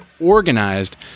organized